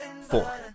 four